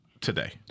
today